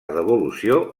devolució